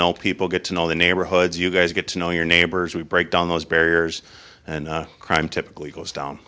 know people get to know the neighborhoods you guys get to know your neighbors we break down those barriers and crime typically goes down